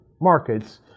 markets